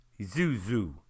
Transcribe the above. Zuzu